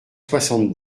soixante